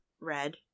red